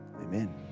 Amen